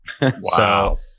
Wow